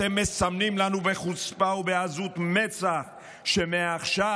אתם מסמנים לנו בחוצפה ובעזות מצח שמעכשיו